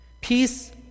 Peace